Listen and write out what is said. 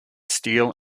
steel